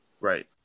right